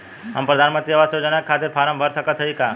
हम प्रधान मंत्री आवास योजना के खातिर फारम भर सकत हयी का?